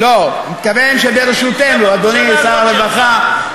אני מבקש מהכנסת לתמוך בהצעת חוק זו.